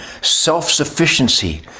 self-sufficiency